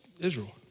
Israel